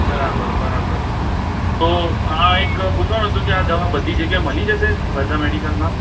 બરાબર બરાબર તો આ એક પૂછવાનું હતું કે આ દવા બધી જગ્યાએ મળી જશે બધા મેડિકલમાં